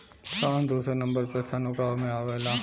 France दुसर number पर सन उगावे में आवेला